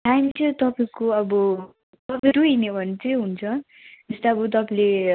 अहिले चाहिँ तपाईँको अब हिँड्यो भने चाहिँ हुन्छ जस्तै अब तपाईँले